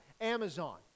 Amazon